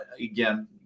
again